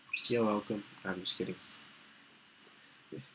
you're welcome I'm just kidding